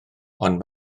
ond